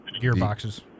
Gearboxes